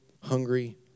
hungry